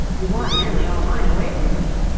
you won nearly all mine away from me.